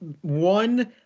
One